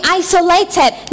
isolated